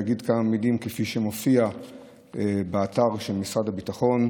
אני אגיד כמה מילים על פי אתר משרד הביטחון.